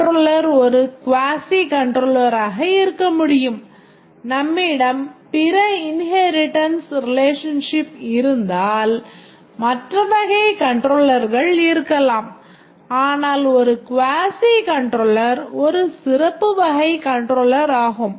controller ஒரு quasi கண்ட்ரோலராக இருக்க முடியும் நம்மிடம் பிற இன்ஹேரிட்டன்ஸ் ரிலேஷன்ஷிப் இருந்தால் மற்ற வகை கண்ட்ரோலர்கள் இருக்கலாம் ஆனால் ஒரு quasi கண்ட்ரோலர் ஒரு சிறப்பு வகைக் கண்ட்ரோலராகும்